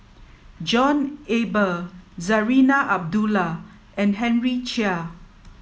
John Eber Zarinah Abdullah and Henry Chia